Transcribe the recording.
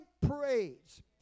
parades